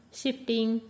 shifting